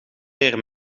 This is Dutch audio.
meer